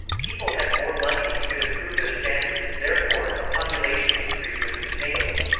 people had more money and could improve their standards therefore, a population increase was sustainable.